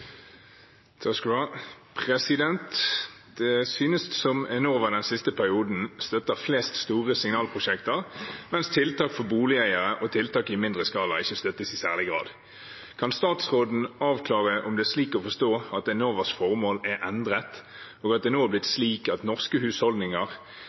tiltak i mindre skala ikke støttes i særlig grad. Kan statsråden avklare om det er slik å forstå at Enovas formål er endret, og at det nå er blitt